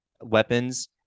weapons